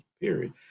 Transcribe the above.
period